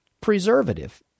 preservative